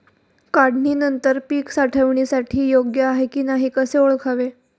काढणी नंतर पीक साठवणीसाठी योग्य आहे की नाही कसे ओळखावे?